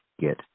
get